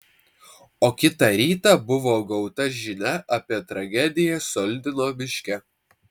o kitą rytą buvo gauta žinia apie tragediją soldino miške